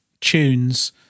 tunes